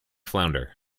flounder